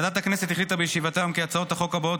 ועדת הכנסת החליטה בישיבתה היום כי הצעות החוק הבאות